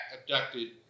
abducted